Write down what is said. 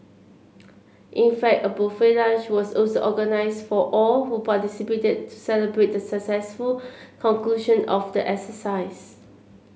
in fact a buffet lunch was also organised for all who participated to celebrate the successful conclusion of the exercise